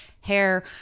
hair